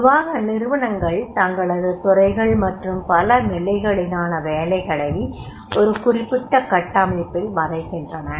பொதுவாக நிறுவனங்கள் தங்களது துறைகள் மற்றும் பல நிலைகளிலான வேலைகளை ஒரு குறிப்பிட்ட கட்டமைப்பில் வரைகின்றன